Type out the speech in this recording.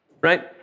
right